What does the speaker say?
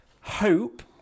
hope